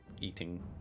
eating